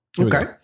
Okay